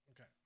Okay